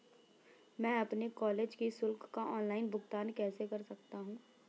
मैं अपने कॉलेज की शुल्क का ऑनलाइन भुगतान कैसे कर सकता हूँ?